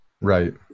Right